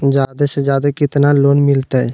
जादे से जादे कितना लोन मिलते?